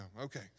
Okay